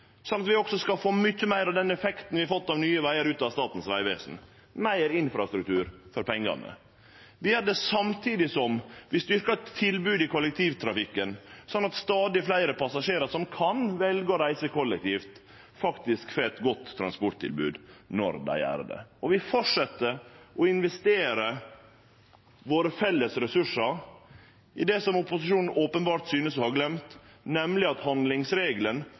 sånn at vi også skal få mykje meir av den effekten vi har fått av Nye Vegar, ut av Statens vegvesen – meir infrastruktur for pengane. Vi gjer det samtidig som vi styrkjer tilbodet i kollektivtrafikken, sånn at stadig fleire passasjerar som kan velje å reise kollektivt, faktisk får eit godt transporttilbod. Og vi fortset å investere våre felles ressursar i det som opposisjonen synest å ha gløymt, nemleg at